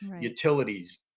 utilities